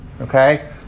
Okay